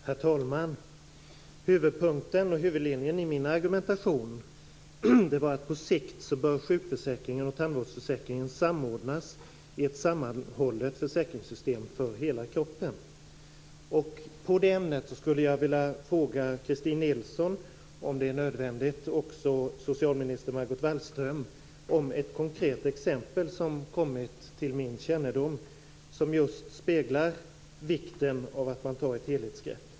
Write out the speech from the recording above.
Herr talman! Huvudlinjen i min argumentation var att sjukförsäkringen och tandvårdsförsäkringen på sikt bör samordnas i ett sammanhållet försäkringssystem för hela kroppen. I det ämnet skulle jag vilja fråga Christin Nilsson, och om det är nödvändigt också socialminister Margot Wallström, om ett konkret exempel som kommit till min kännedom. Det speglar just vikten av att man tar ett helhetsgrepp.